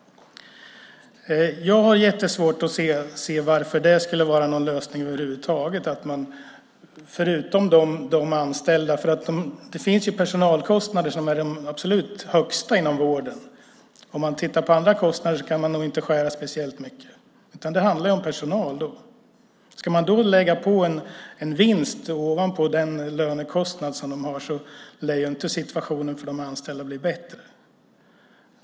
Jag har jättesvårt att se varför det skulle vara någon lösning över huvud taget. Det är ju personalkostnaderna som är de absolut högsta inom vården. Tittar man på andra kostnader kan man nog inte skära speciellt mycket. Det handlar alltså om personal, och ska man då lägga på en vinst ovanpå lönekostnaden lär inte situationen för de anställda bli bättre.